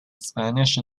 spanish